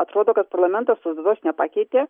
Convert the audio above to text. atrodo kad parlamentas tos datos nepakeitė